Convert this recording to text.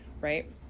Right